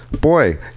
boy